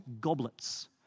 goblets